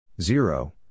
zero